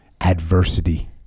adversity